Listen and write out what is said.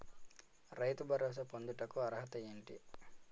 రైతు భరోసా పొందుటకు అర్హత ఏంటి?